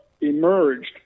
emerged